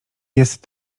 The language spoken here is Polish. jest